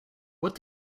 what